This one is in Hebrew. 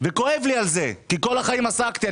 כואב לי על זה כי כל החיים עסקתי בזה.